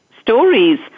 stories